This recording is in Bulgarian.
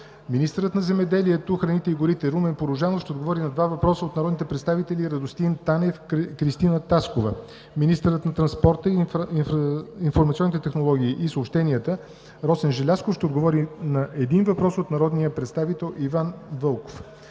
министърът на земеделието, храните и горите Румен Порожанов ще отговори на два въпроса от народните представители Радостин Танев и Кръстина Таскова; - министърът на транспорта, информационните технологии и съобщенията Росен Желязков ще отговори на един въпрос от народния представител Иван Вълков.